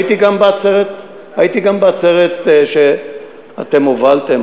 הייתי גם בעצרת שאתם הובלתם,